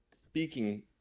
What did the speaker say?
speaking